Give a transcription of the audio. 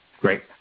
Great